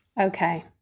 Okay